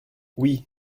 oui